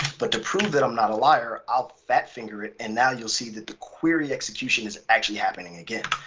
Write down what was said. but to prove that i'm not a liar, i'll fat-finger it and now you'll see that the query execution is actually happening again.